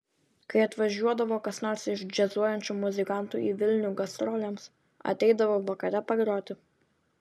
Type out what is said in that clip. kai atvažiuodavo kas nors iš džiazuojančių muzikantų į vilnių gastrolėms ateidavo vakare pagroti